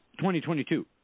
2022